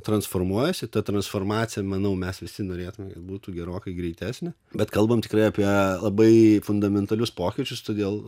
transformuojasi ta transformacija manau mes visi norėtume kad būtų gerokai greitesnė bet kalbam tikrai apie labai fundamentalius pokyčius todėl